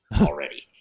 already